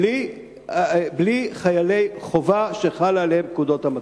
בלי חיילי חובה שחלות עליהן פקודות המטכ"ל.